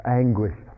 anguish